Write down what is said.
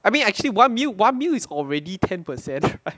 I mean actually one mil one mil is already ten per cent right